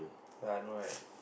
ya I know right